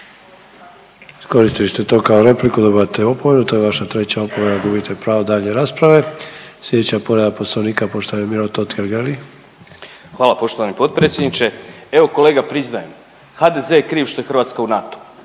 Iskoristili ste to kao repliku, dobivate opomenu. To je vaša treća opomena. Gubite pravo daljnje rasprava. Sljedeća povreda Poslovnika poštovani Miro Totgergeli. **Totgergeli, Miro (HDZ)** Hvala poštovani potpredsjedniče. Evo kolega priznajem HDZ je kriv što je Hrvatska u NATO-u,